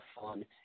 fun